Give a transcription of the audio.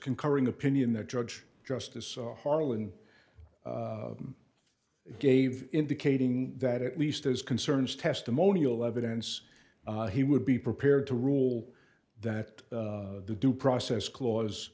concurring opinion the judge justice harlan gave indicating that at least as concerns testimonial evidence he would be prepared to rule that the due process claus